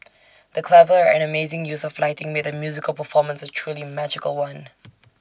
the clever and amazing use of lighting made the musical performance A truly magical one